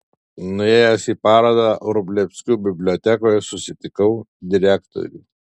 nuėjęs į parodą vrublevskių bibliotekoje susitikau direktorių